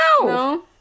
No